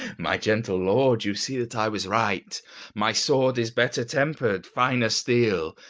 my gentle lord, you see that i was right my sword is better tempered, finer steel,